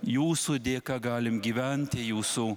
jūsų dėka galim gyvent jūsų